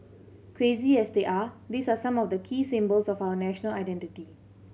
crazy as they are these are some of the key symbols of our national identity